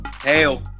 Hail